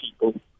people